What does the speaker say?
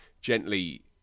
gently